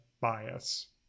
bias